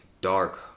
dark